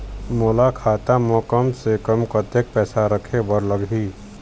मोला खाता म कम से कम कतेक पैसा रखे बर लगही?